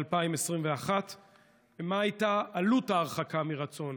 2. מה הייתה עלות ההרחקה מרצון?